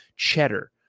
Cheddar